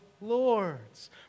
lords